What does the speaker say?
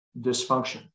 dysfunction